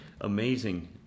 Amazing